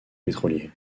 pétrolier